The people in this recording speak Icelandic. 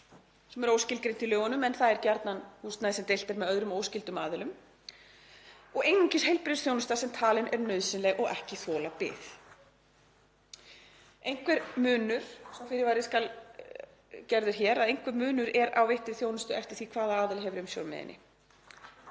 sem er óskilgreint í lögunum en það er gjarnan húsnæði sem deilt er með öðrum og óskyldum aðilum, og einungis heilbrigðisþjónusta sem talin er nauðsynleg og ekki þola bið. Sá fyrirvari skal gerður hér að einhver munur er á veittri þjónustu eftir því hvaða aðili hefur umsjón með henni.